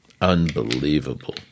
unbelievable